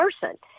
person